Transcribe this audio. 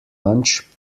lunch